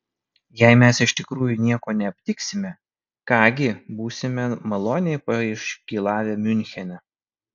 jei mes iš tikrųjų nieko neaptiksime ką gi būsime maloniai paiškylavę miunchene